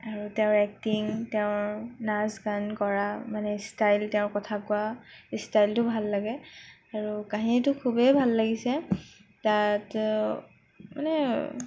আৰু তেওঁৰ এক্টিং তেওঁৰ নাচ গান কৰা মানে ষ্টাইল তেওঁ কথা কোৱা ইষ্টাইলটো ভাল লাগে আৰু কাহিনীটো খুবেই ভাল লাগিছে তাত মানে